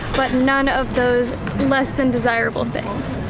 but none of those less than desirable things.